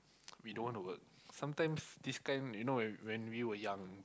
we don't want to work sometimes this kind you know when when we were young